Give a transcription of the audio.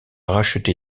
racheté